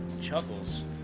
Chuckles